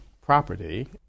property